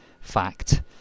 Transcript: fact